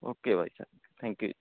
okay bye thank thank you ਜੀ